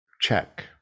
check